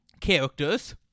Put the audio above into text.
characters